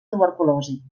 tuberculosi